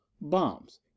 bombs